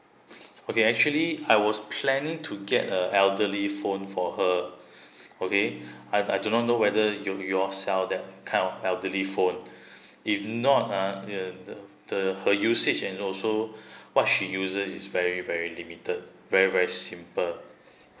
okay actually I was planning to get a elderly phone for her okay I I do not know whether you your sell that kind of elderly phone if not ah the the the her usage and also what she uses is very very limited very very simple